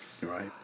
Right